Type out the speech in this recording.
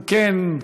אם כן,